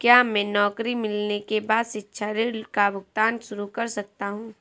क्या मैं नौकरी मिलने के बाद शिक्षा ऋण का भुगतान शुरू कर सकता हूँ?